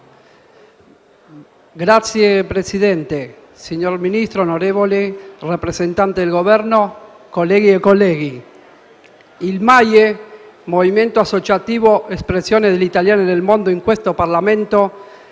Signor Presidente, signor Ministro, rappresentanti del Governo, colleghe e colleghi, il MAIE, movimento associativo espressione degli italiani nel mondo in questo Parlamento,